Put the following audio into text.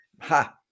Ha